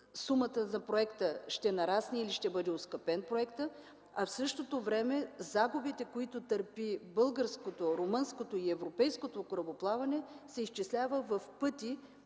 сумата за проекта ще нарасне или проектът ще бъде оскъпен, а в същото време загубите, които търпят българското, румънското и европейското корабоплаване, се изчислява в пъти.